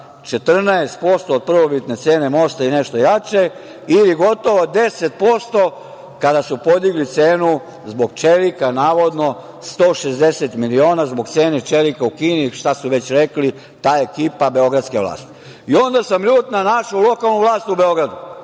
14% od prvobitne cene mosta i nešto jače ili gotovo 10% kada su podigli cenu zbog čelika, navodno, 160 miliona, zbog cene čelika u Kini, šta su već rekli, ta ekipa beogradske vlasti? Ljut sam na našu lokalnu vlast u Beogradu.